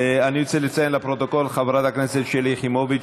אני רוצה לציין לפרוטוקול שחברת הכנסת שלי יחימוביץ